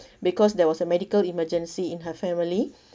because there was a medical emergency in her family